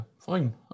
fine